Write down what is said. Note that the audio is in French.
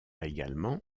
également